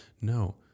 No